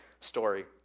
story